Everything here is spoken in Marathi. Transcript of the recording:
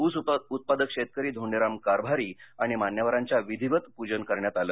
ऊस उत्पादक शेतकरी धोंडीराम कारभारी आणि मान्यवरांच्याहस्ते विधिवत पूजन करण्यात आलं